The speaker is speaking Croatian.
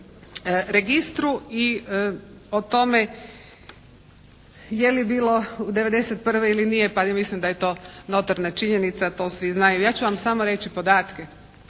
registru i o tome je li bilo 1991. ili nije, pa ja mislim da je to notorna činjenica to svi znaju. Ja ću vam samo reći podatke,